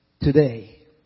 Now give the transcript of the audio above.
Today